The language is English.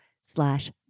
slash